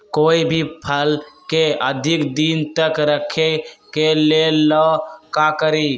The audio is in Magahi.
कोई भी फल के अधिक दिन तक रखे के ले ल का करी?